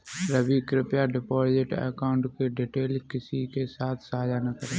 रवि, कृप्या deposit account की details किसी के साथ सांझा न करें